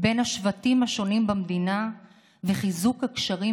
בין השבטים השונים במדינה וחיזוק הקשרים